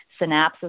Synapses